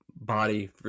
body